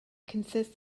consists